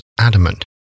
adamant